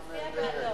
מה אתה רוצה?